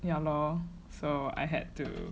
yeah lor so I had to